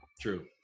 true